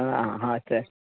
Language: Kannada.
ಹಾಂ ಹಾಂ ಸರ್